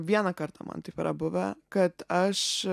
vieną kartą man taip yra buvę kad aš